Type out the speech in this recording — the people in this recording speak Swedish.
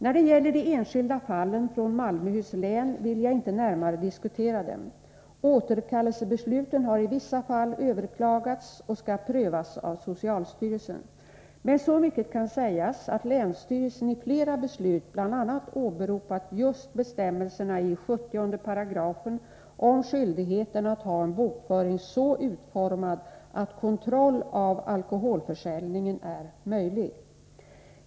När det gäller de enskilda fallen från Malmöhus län vill jag inte närmare diskutera dem. Återkallelsebesluten har i vissa fall överklagats och skall prövas av socialstyrelsen. Men så mycket kan sägas som att länsstyrelsen i flera beslut bl.a. åberopat just bestämmelserna i 70 § om skyldigheten att ha en bokföring så utformad att kontroll av alkoholförsäljningen är möjlig.